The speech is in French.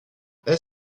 est